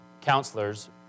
counselors